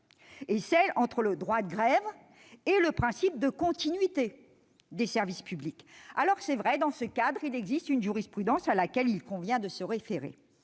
recherchée entre le droit de grève et le principe de continuité des services publics. Dans ce cadre, il existe une jurisprudence à laquelle il convient de se référer.